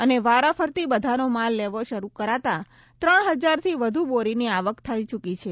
અને વારાફરતી બધાનો માલ લેવો શરૂ કરાતા ત્રણ હજારથી વ્ધુ બોરીની આવક થઇ ચૂકી છે